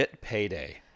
payday